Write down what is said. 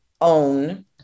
own